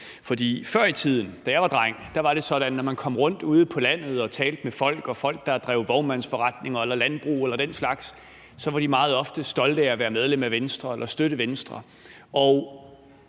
For før i tiden, da jeg var dreng, var det sådan, at når man kom rundt ude på landet og talte med folk og med folk, der drev vognmandsforretninger eller landbrug eller den slags, så var de meget ofte stolte af at være medlem af Venstre eller støtte Venstre –